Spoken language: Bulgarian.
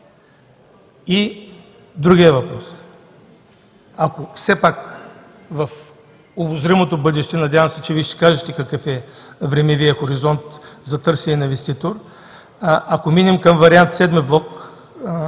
И другият въпрос. Ако все пак в обозримото бъдеще – надявам се, че Вие ще кажете какъв е времевият хоризонт за търсене на инвеститор, ако минем към вариант VII блок